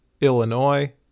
Illinois